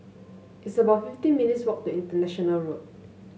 it's about fifteen minutes' walk to International Road